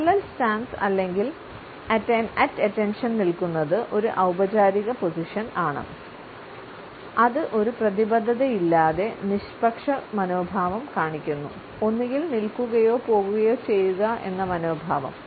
parallel stance നിൽക്കുന്നത് ഒരു ഔപചാരിക പൊസിഷൻ ആണ് അത് ഒരു പ്രതിബദ്ധതയില്ലാതെ നിഷ്പക്ഷ മനോഭാവം കാണിക്കുന്നു ഒന്നുകിൽ നിൽക്കുകയോ പോകുകയോ ചെയ്യുക എന്ന മനോഭാവം